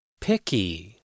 Picky